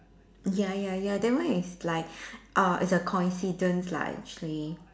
ya ya ya that one is like uh it's a coincidence lah actually